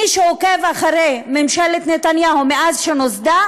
מי שעוקב אחרי ממשלת נתניהו מאז נוסדה